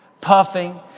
puffing